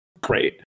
great